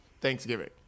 Thanksgiving